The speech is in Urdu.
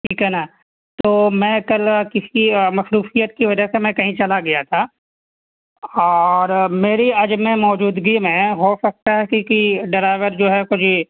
ٹھیک ہے نا تو میں کل کسی مصروفیت کی وجہ سے میں کہیں چلا گیا تھا اور میری عدم موجودگی میں ہو سکتا ہے کیونکہ ڈرائیور جو ہے جی